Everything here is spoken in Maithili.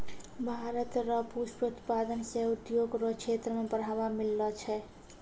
भारत रो पुष्प उत्पादन से उद्योग रो क्षेत्र मे बढ़ावा मिललो छै